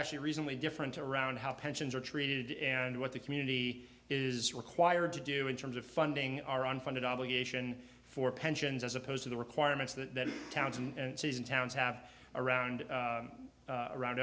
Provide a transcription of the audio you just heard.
actually recently different around how pensions are treated and what the community is required to do in terms of funding our own funded obligation for pensions as opposed to the requirements that towns and cities and towns have around